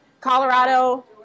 Colorado